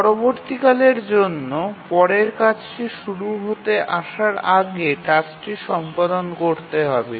পরবর্তীকালের জন্য পরের কাজটি শুরু হতে আসার আগে টাস্কটি সম্পাদন করতে হবে